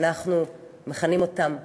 אנחנו מכנים אותם "פגים",